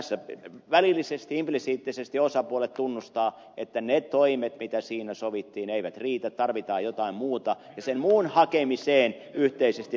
tässä välillisesti implisiittisesti osapuolet tunnustavat että ne toimet mitä siinä sovittiin eivät riitä tarvitaan jotain muuta ja sen muun hakemiseen yhteisesti lähdetään